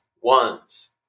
ones